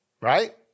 right